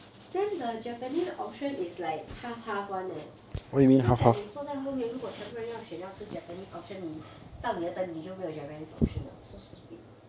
then the japanese option is like half half one leh so is like 你坐在后面如果全部人要选 japanese option 你到你的 turn 你就没有 japanese option so stupid